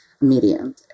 medium